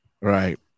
Right